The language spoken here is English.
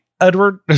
Edward